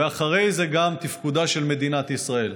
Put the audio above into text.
ואחרי זה גם תפקודה של מדינת ישראל.